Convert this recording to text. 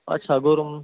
અચ્છા ગુરુમાં